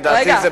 לדעתי,